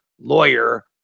lawyer